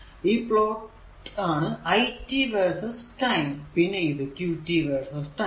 ഈ പ്ലോട്ട് ആണ് it vs time പിന്നെ ഇത് qt vs ടൈം